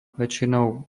väčšinou